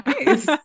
nice